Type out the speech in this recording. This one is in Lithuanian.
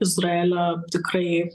izraelio tikrai